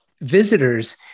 visitors